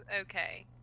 okay